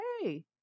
hey